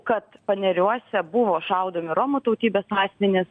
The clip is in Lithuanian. kad paneriuose buvo šaudomi romų tautybės asmenys